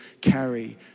carry